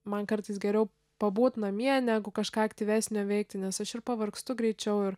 man kartais geriau pabūt namie negu kažką aktyvesnio veikti nes aš ir pavargstu greičiau ir